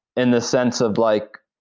in the sense of like,